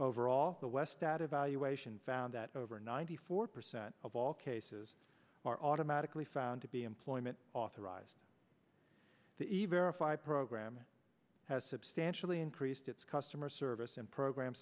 overall the westat evaluation found that over ninety four percent of all cases are automatically found to be employment authorized the even five program has substantially increased its customer service and program